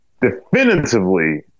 definitively